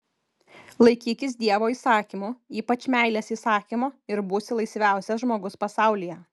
laikykis dievo įsakymų ypač meilės įsakymo ir būsi laisviausias žmogus pasaulyje